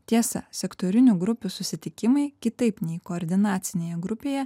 tiesa sektorinių grupių susitikimai kitaip nei koordinacinėje grupėje